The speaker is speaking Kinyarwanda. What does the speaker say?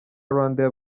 rwandair